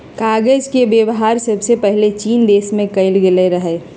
कागज के वेबहार सबसे पहिले चीन देश में कएल गेल रहइ